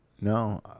No